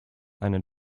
einen